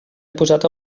imposat